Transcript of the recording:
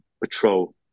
patrol